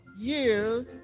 years